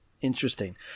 Interesting